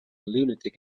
lunatic